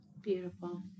Beautiful